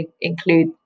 include